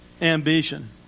ambition